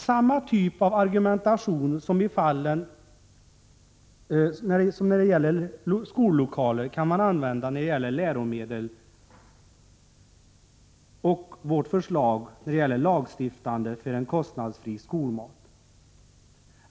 Samma typ av argumentation som i fråga om skollokaler kan man använda när det gäller läromedel och vårt förslag om ett lagstiftande rörande kostnadsfri skolmat.